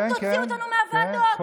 תוציאו אותנו מהוועדות.